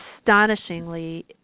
astonishingly